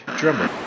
drummer